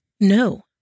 No